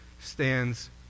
stands